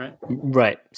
Right